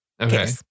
Okay